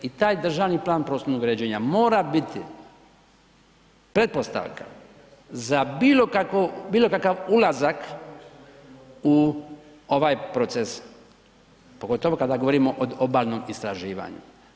I taj državni plan prostornog uređenja mora biti pretpostavka za bilo kakav ulazak u ovaj proces, pogotovo kada govorimo odobalnom istraživanju.